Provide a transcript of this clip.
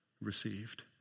received